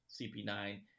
CP9